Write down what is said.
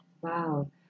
Wow